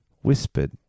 whispered